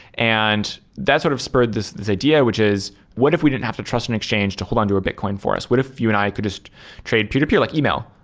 and that sort of spurred this this idea which is what if we didn't have to trust an exchange to hold on to a bitcoin for us? what if you and i could just trade peer-to-peer like email?